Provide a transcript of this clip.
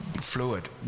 fluid